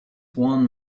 won